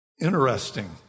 Interesting